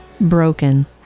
broken